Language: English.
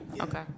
okay